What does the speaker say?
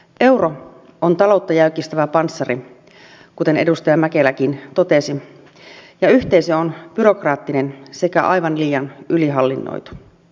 euro on taloutta jäykistävä panssari kuten edustaja mäkeläkin totesi ja yhteisö on byrokraattinen sekä aivan liian ylihallinnoitu